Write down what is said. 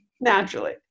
naturally